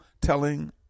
telling